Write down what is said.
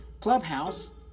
Clubhouse